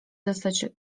zostać